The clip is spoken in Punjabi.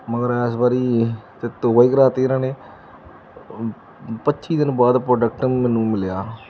ਮਗਰ ਇਸ ਵਾਰੀ ਤੇ ਤੋਬਾ ਹੀ ਕਰਾ ਤੀ ਇਹਨਾਂ ਨੇ ਪੱਚੀ ਦਿਨ ਬਾਅਦ ਪ੍ਰੋਡਕਟ ਮੈਨੂੰ ਮਿਲਿਆ